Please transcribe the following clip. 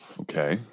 okay